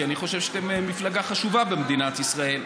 כי אני חושב שאתם מפלגה חשובה במדינת ישראל,